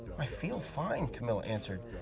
i feel fine, camilla answered.